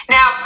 Now